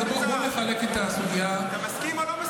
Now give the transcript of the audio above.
אתה מסכים או לא מסכים?